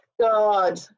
God